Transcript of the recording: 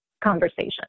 conversation